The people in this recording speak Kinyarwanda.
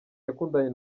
yakundanye